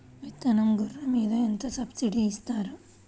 విత్తనం గొర్రు మీద ఎంత సబ్సిడీ ఇస్తారు?